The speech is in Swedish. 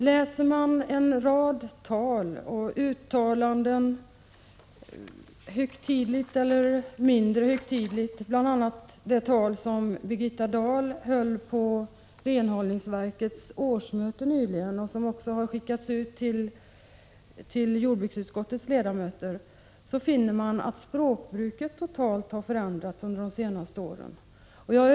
Läser man en rad tal och uttalanden, högtidliga eller mindre högtidliga, bl.a. det tal som Birgitta Dahl höll på Renhållningsverkets årsmöte nyligen, ett tal som också har sänts ut till jordbruksutskottets ledamöter, finner man att språkbruket totalt har förändrats under de senaste åren.